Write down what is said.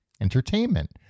entertainment